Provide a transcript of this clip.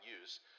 use